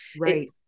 Right